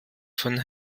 von